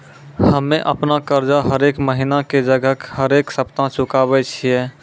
हम्मे अपनो कर्जा हरेक महिना के जगह हरेक सप्ताह चुकाबै छियै